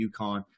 UConn